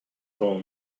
call